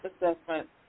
assessment